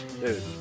Dude